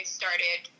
started